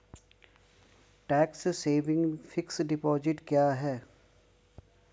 Tax saving fixed deposit क्या है?